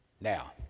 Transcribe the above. now